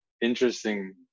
interesting